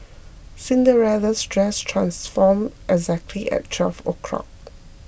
Cinderella's dress transformed exactly at twelve o'clock